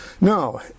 Now